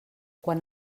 quan